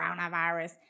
coronavirus